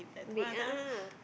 big a'ah ah